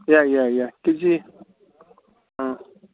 ꯌꯥꯏ ꯌꯥꯏ ꯌꯥꯏ ꯀꯦꯖꯤ ꯑꯥ